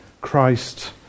Christ